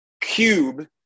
cube